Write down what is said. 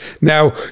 Now